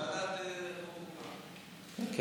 ועדת החוקה, חוק ומשפט.